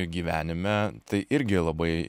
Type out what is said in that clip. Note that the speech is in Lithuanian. gyvenime tai irgi labai